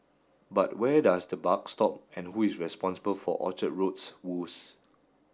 but where does the buck stop and who is responsible for Orchard Road's woes